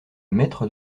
maître